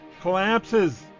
collapses